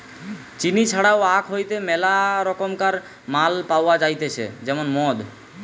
চিনি ছাড়াও আখ হইতে মেলা রকমকার মাল পাওয়া যাইতেছে যেমন মদ